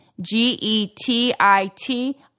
G-E-T-I-T